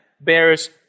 bears